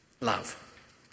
love